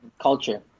Culture